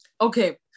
Okay